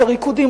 את הריקודים,